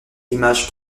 l’image